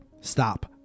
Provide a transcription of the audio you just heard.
stop